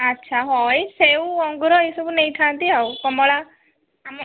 ଆଚ୍ଛା ହଁ ଏଇ ସେଉ ଅଙ୍ଗୁର ସବୁ ନେଇଥାନ୍ତି ଆଉ କମଳା ଆମ